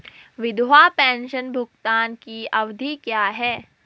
विधवा पेंशन भुगतान की अवधि क्या है?